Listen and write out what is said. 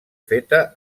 feta